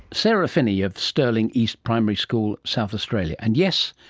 sarah finney of stirling east primary school, south australia. and yes,